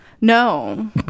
No